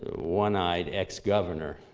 one-eyed ex-governor,